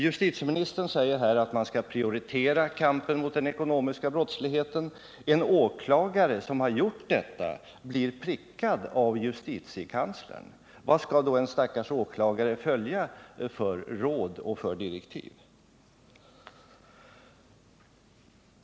Justitieministern säger här att man skall prioritera kampen mot den ekonomiska brottsligheten. En åklagare som har gjort detta har blivit prickad av justitiekanslern. Vilka råd och direktiv skall då en stackars åklagare följa?